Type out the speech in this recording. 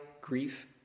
grief